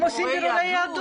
הם עושים בירורי יהדות.